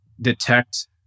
detect